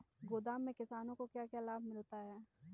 गोदाम से किसानों को क्या क्या लाभ मिलता है?